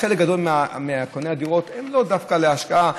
וחלק גדול מקוני הדירות הם לא דווקא להשקעה,